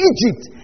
Egypt